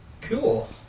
Cool